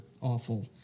awful